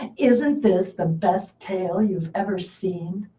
isn't this the best tail you've ever seen?